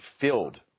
filled